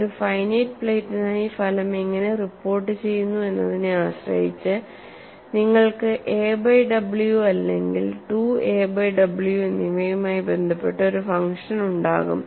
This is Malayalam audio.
ഒരു ഫൈനൈറ്റ് പ്ലേറ്റിനായി ഫലം എങ്ങനെ റിപ്പോർട്ടുചെയ്യുന്നു എന്നതിനെ ആശ്രയിച്ച് നിങ്ങൾക്ക് എ ബൈ w അല്ലെങ്കിൽ 2 എ ബൈ w എന്നിവയുമായി ബന്ധപ്പെട്ട ഒരു ഫംഗ്ഷൻ ഉണ്ടാകും